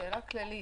שאלה כללית,